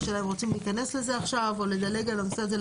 השאלה אם רוצים להיכנס לזה עכשיו או לדלג על הנושא הזה,